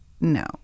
No